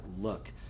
look